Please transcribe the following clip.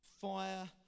Fire